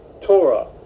Torah